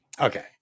Okay